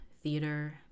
Theater